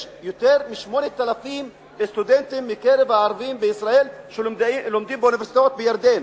יש יותר מ-8,000 סטודנטים ערבים מישראל שלומדים באוניברסיטאות בירדן.